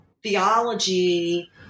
theology